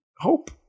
hope